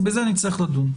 בזה נצטרך לדון.